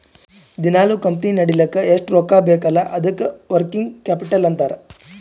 ದಿನಾಲೂ ಕಂಪನಿ ನಡಿಲ್ಲಕ್ ಎಷ್ಟ ರೊಕ್ಕಾ ಬೇಕ್ ಅಲ್ಲಾ ಅದ್ದುಕ ವರ್ಕಿಂಗ್ ಕ್ಯಾಪಿಟಲ್ ಅಂತಾರ್